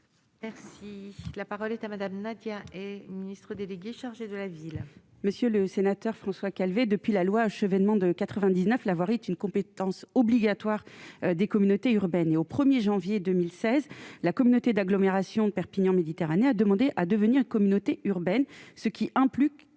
Merci, la parole est à Madame, Nadia et ministre délégué chargé de la ville. Monsieur le sénateur François Calvet depuis la loi Chevènement de 99 l'avoir est une compétence obligatoire des communautés urbaines et au 1er janvier 2016, la communauté d'agglomération Perpignan-Méditerranée a demandé à devenir communauté urbaine, ce qui implique